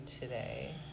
today